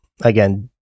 again